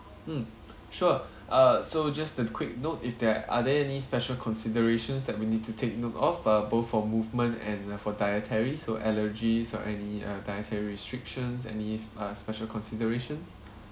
mm sure uh so just a quick note if there are there any special considerations that we need to take note of uh both for movement and uh for dietary so allergies or any uh dietary restrictions any s~ uh special considerations